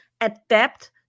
adapt